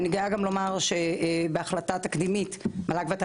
אני גאה גם לומר בהחלטה תקדימית המועצה להשכלה גבוהה והוועדה